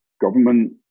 government